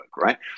right